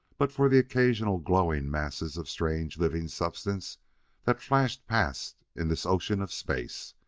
but for the occasional glowing masses of strange living substance that flashed past in this ocean of space,